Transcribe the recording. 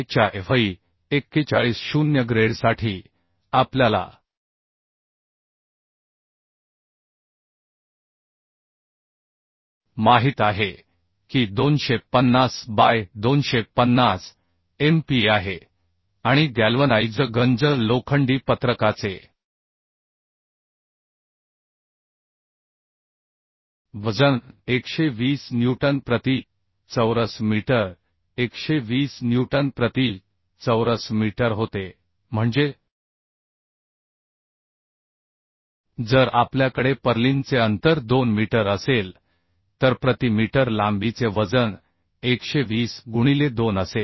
च्याFe 4 1 0 ग्रेडसाठी आपल्याला माहित आहे की 250 बाय 250 MPa आहे आणि गॅल्वनाइज्ड गंज लोखंडी पत्रकाचे वजन 120 न्यूटन प्रति चौरस मीटर 120 न्यूटन प्रति चौरस मीटर होते म्हणजे जर आपल्याकडे पर्लिनचे अंतर 2 मीटर असेल तर प्रति मीटर लांबीचे वजन 120 गुणिले 2 असेल